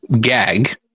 gag